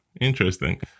Interesting